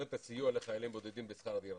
את הסיוע לחיילים בודדים בשכר הדירה.